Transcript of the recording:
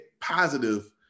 positive